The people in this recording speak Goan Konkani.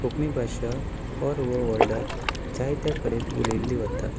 कोंकणी भाशा ओल ऑवर वल्डाक जायते कडेन उलयल्ली वता